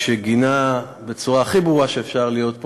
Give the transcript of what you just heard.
שגינה בצורה הכי ברורה שאפשר פה,